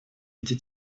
эти